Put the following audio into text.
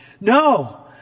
No